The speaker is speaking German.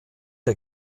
der